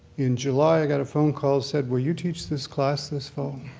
in july i got a phone call, said, will you teach this class this fall?